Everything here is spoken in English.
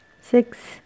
six